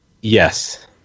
yes